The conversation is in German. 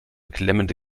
klemmende